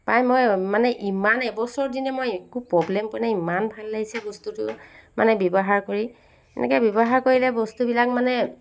পাই মই মানে ইমান এবছৰ দিনে মই একো প্ৰবলেম পোৱা নাই ইমান ভাল লাগিছে বস্তুটো মানে ব্যৱহাৰ কৰি এনেকৈ ব্যৱহাৰ কৰিলে বস্তুবিলাক মানে